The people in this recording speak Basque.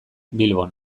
bilbon